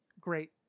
great